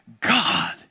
God